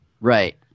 Right